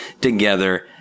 together